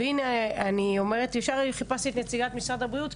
מיד חיפשתי את נציגת משרד הבריאות,